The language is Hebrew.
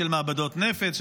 של מעבדות נפץ,